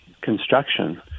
construction